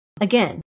Again